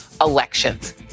elections